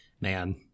man